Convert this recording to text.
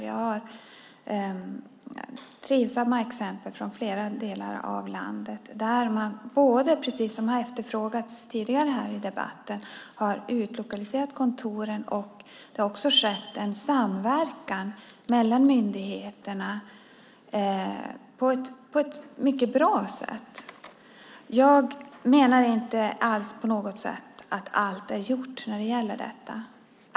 Jag har trivsamma exempel från flera delar av landet där man, precis som efterfrågats tidigare här i debatten, har utlokaliserat kontoren och där det också har skett en samverkan mellan myndigheterna på ett mycket bra sätt. Jag menar inte alls på något sätt att allt vore gjort när det gäller detta.